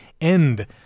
end